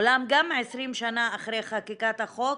אולם גם 20 שנה אחרי חקיקת החוק